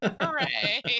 Hooray